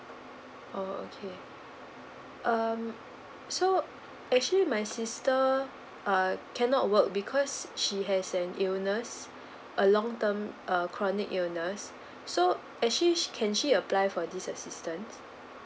oh okay um so actually my sister uh cannot work because she has an illness a long term err chronic illness so actually she can she apply for this assistant